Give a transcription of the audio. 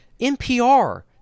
NPR